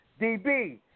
DB